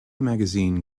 magazine